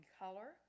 color